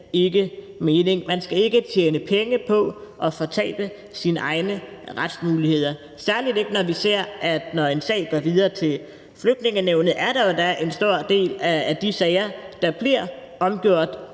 ikke mening. Man skal ikke tjene penge på at fortabe sine egne retsmuligheder, særlig ikke, når vi ser, at der, når sager går videre til Flygtningenævnet, jo er en stor del af de sager, der bliver omgjort.